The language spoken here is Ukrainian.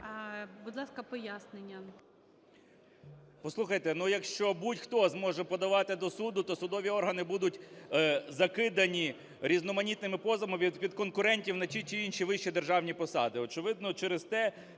Будь ласка, пояснення.